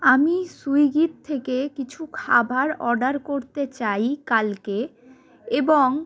আমি সুইগির থেকে কিছু খাবার অর্ডার করতে চাই কালকে এবং